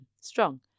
strong